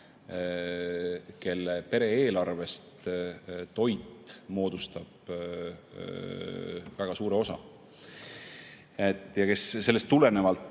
kelle pere-eelarvest toit moodustab väga suure osa ja kellel sellest tulenevalt